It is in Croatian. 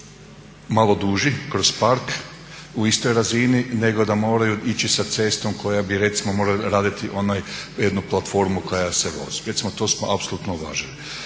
malo duži kroz park u istoj razini nego da moraju ići sa cestom koja bi recimo morala raditi recimo onu platformu koja se vozi. Recimo to smo apsolutno uvažili.